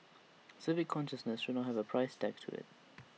civic consciousness should not have A price tag to IT